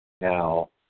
now